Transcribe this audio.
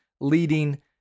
leading